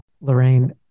Lorraine